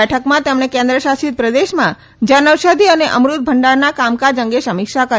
બેઠકમાં તેમણે કેન્દ્ર શાસિત પ્રદેશમાં જન ઔષધી અને અમૃત ભંડારના કામકાજ અંગે સમીક્ષા કરી